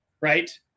right